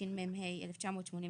התשמ"ה-1985